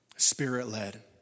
Spirit-led